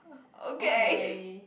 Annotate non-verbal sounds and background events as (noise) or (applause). okay (breath)